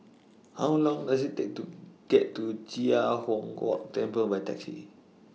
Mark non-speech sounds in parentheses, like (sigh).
How Long Does IT Take to get to (unintelligible) Huang Kok Temple By Taxi